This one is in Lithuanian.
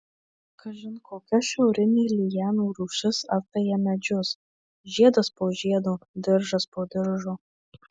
kažin kokia šiaurinė lianų rūšis apveja medžius žiedas po žiedo diržas po diržo